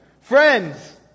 friends